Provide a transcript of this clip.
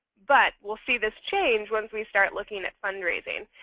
but we'll see this change once we start looking at fundraising,